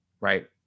Right